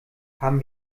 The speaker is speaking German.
haben